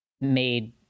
made